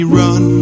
run